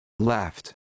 Left